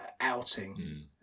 outing